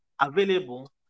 available